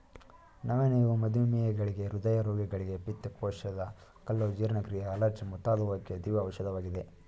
ನವಣೆಯು ಮಧುಮೇಹಿಗಳಿಗೆ, ಹೃದಯ ರೋಗಿಗಳಿಗೆ, ಪಿತ್ತಕೋಶದ ಕಲ್ಲು, ಜೀರ್ಣಕ್ರಿಯೆ, ಅಲರ್ಜಿ ಮುಂತಾದುವಕ್ಕೆ ದಿವ್ಯ ಔಷಧವಾಗಿದೆ